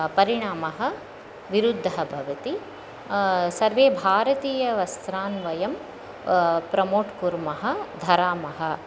परिणामः विरुद्धः भवति सर्वे भारतीयवस्त्रान् वयं प्रमोट् कुर्मः धरामः